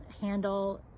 handle